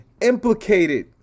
implicated